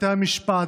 בתי המשפט,